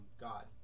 God